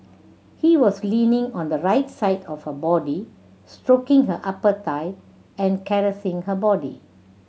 he was leaning on the right side of her body stroking her upper thigh and caressing her body